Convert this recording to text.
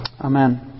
Amen